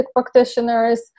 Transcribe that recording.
practitioners